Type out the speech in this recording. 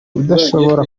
udashobora